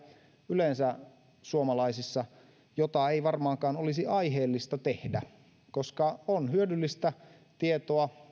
yleensä suomalaisissa sellaista huolta joka ei varmaankaan ole aiheellista koska on hyödyllistä